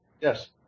Yes